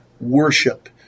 worship